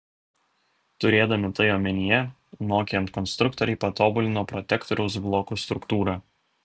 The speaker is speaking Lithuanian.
turėdami tai omenyje nokian konstruktoriai patobulino protektoriaus blokų struktūrą